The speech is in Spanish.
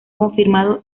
confirmado